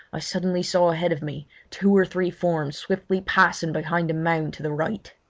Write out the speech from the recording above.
i suddenly saw ahead of me two or three forms swiftly passing behind a mound to the right.